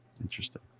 Interesting